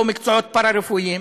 או מקצועות פארה-רפואיים,